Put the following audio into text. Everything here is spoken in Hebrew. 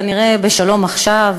כנראה ב"שלום עכשיו",